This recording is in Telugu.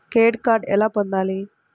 క్రెడిట్ కార్డు ఎలా పొందాలి?